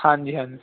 ਹਾਂਜੀ ਹਾਂਜੀ